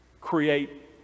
create